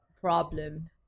problem